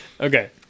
Okay